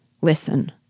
Listen